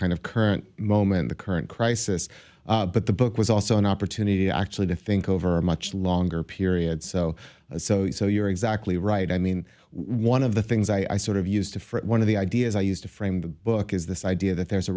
kind of current moment the current crisis but the book was also an opportunity actually to think over a much longer period so so you know you're exactly right i mean one of the things i sort of used for one of the ideas i used to frame the book is this idea that there's a